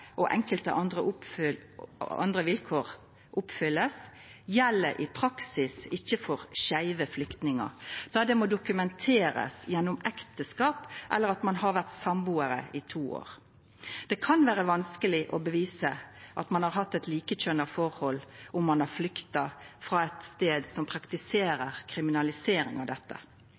og enkelte andre vilkår blir oppfylte, gjeld i praksis ikkje for «skeive» flyktningar, då det må dokumenterast gjennom ekteskap eller at ein har vore samboarar i minst to år. Det kan vera vanskeleg å bevise at ein har hatt eit likekjønna forhold om ein har flykta frå ein stad som praktiserer kriminalisering av dette. I praksis betyr dette